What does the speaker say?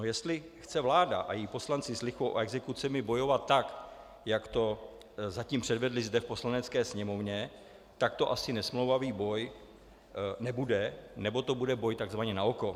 Jestli chce vláda a její poslanci s lichvou a exekucemi bojovat tak, jak to zatím předvedli zde v Poslanecké sněmovně, tak to asi nesmlouvavý boj nebude, nebo to bude boj takzvaně naoko.